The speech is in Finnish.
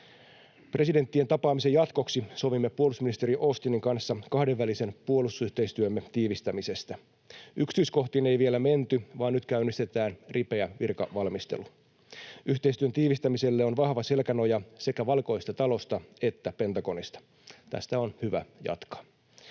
Presidenttien tapaamisen jatkoksi sovimme puolustusministeri Austinin kanssa kahdenvälisen puolustusyhteistyömme tiivistämisestä. Yksityiskohtiin ei vielä menty, vaan nyt käynnistetään ripeä virkavalmistelu. Yhteistyön tiivistämiselle on vahva selkänoja sekä Valkoisesta talosta että Pentagonista. Tästä on hyvä jatkaa.